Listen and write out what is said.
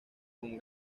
con